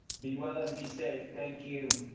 be well and be safe. thank you.